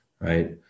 Right